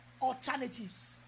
alternatives